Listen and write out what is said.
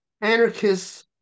Anarchists